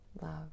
love